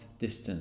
distance